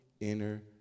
inner